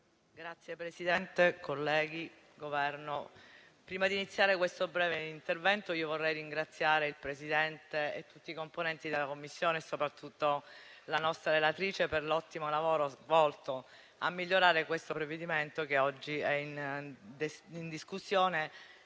Signor Presidente, colleghi, Governo, prima di iniziare questo breve intervento vorrei ringraziare il Presidente e tutti i componenti della Commissione, soprattutto la nostra relatrice, per l'ottimo lavoro svolto al fine migliorare il provvedimento oggi in discussione,